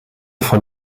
von